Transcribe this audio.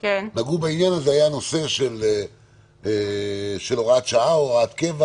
נגעו בעניין של הוראת שעה או הוראת קבע